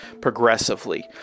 progressively